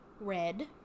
red